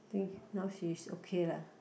think now she's okay lah